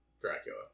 Dracula